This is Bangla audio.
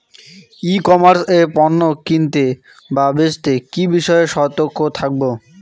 ই কমার্স এ পণ্য কিনতে বা বেচতে কি বিষয়ে সতর্ক থাকব?